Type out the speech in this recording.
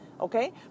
okay